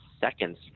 seconds